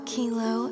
Kilo